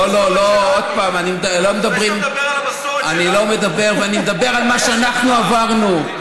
אני מדבר על מה שאנחנו עברנו.